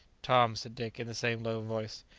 tom, said dick, in the same low voice,